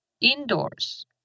indoors